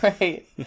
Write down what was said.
Right